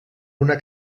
una